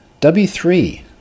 W3